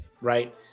right